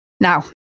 Now